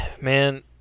Man